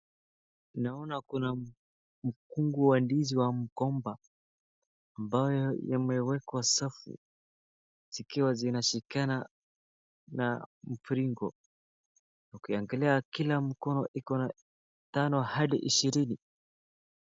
Naona kuna mkungu wa ndizi wa mgomba, ambayo yamewekwa safu, zikiwa zinashikana na mviringo. Ukiangalia kila mkono iko na tano hadi ishirini.